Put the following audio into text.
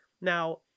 Now